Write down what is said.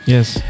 Yes